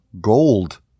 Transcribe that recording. gold